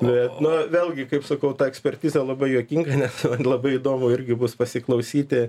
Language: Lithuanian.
na na vėlgi kaip sakau ta ekspertizė labai juokinga nes labai įdomu irgi bus pasiklausyti